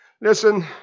listen